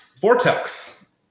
Vortex